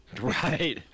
Right